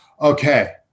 Okay